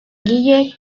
guille